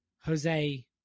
Jose